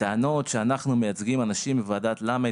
הטענות שאנחנו מייצגים אנשים בוועדת למ"ד,